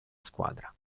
squadra